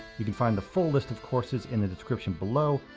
you can find the full list of courses in the description below.